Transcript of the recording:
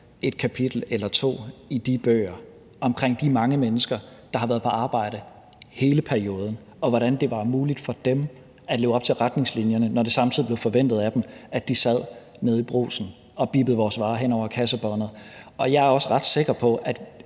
et kapitel eller to i de bøger om de mange mennesker, der har været på arbejde hele perioden, og hvordan det var muligt for dem at leve op til retningslinjerne, når det samtidig blev forventet af dem, at de sad nede i Brugsen og bippede vores varer hen over kassebåndet. Jeg er også ret sikker på, at